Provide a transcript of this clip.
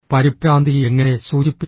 പരിഭ്രാന്തി എങ്ങനെ സൂചിപ്പിക്കുന്നു